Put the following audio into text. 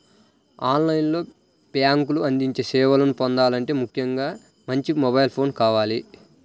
on line లో బ్యేంకులు అందించే సేవలను పొందాలంటే ముఖ్యంగా మంచి మొబైల్ ఫోన్ కావాలి